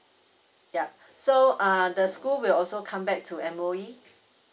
ya so err the school will also come back to M_O_E